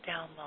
download